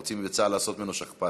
רוצים בצה"ל לעשות ממנו שכפ"ץ,